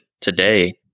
today